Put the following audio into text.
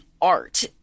art